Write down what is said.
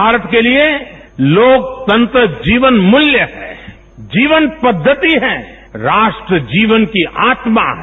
भारत के लिए लोकतंत्र जीवनमूल्य है जीवन पद्धति है राष्ट्र जीवन की आत्मा है